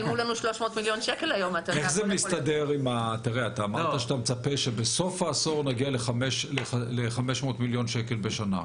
אתה אמרת שאתה מצפה שבסוף העשור נגיע ל-500 מיליון שקל בשנה.